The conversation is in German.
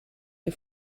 der